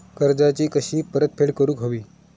कर्जाची कशी परतफेड करूक हवी?